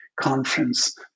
conference